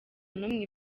n’umwe